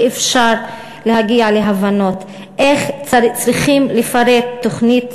שאפשר להגיע להבנות: צריכים לפרט תוכנית,